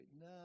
No